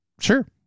Sure